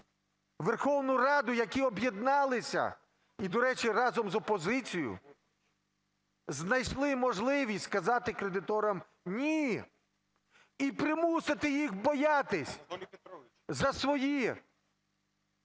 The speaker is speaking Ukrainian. Верховну Раду, які об'єдналися, і, до речі, разом з опозицією знайшли можливість сказати кредиторам "ні" і примусити їх боятися за свої